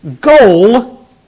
goal